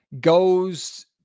goes